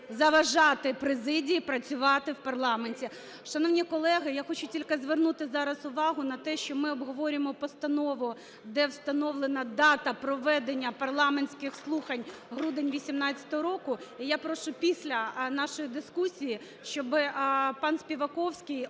заважати президії працювати в парламенті. Шановні колеги, я хочу тільки звернути зараз увагу на те, що ми обговорюємо постанову, де встановлена дата проведення парламентських слухань – грудень 2018 року. І я прошу після нашої дискусії щоби пан Співаковський